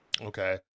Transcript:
Okay